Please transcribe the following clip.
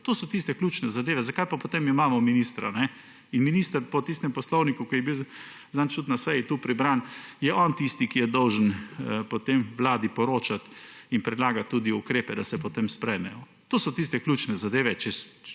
To so tiste ključne zadeve. Zakaj pa potem imamo ministra? Minister je po tistem poslovniku, ki je bil zadnjič tudi na seji tu prebran, tisti, ki je dolžan Vladi poročati in predlagati ukrepe, da se potem sprejmejo. To so tiste ključne zadeve.